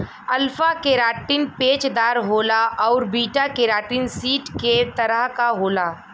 alpha keratin पेचदार होला आउर बीटा केराटिन सीट के तरह क होला